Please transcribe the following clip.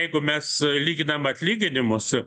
jeigu mes lyginam atlyginimus